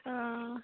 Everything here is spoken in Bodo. अ